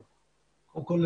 קודם כול,